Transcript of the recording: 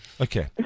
Okay